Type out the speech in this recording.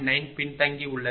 9 பின்தங்கி உள்ளது